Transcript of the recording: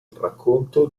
racconto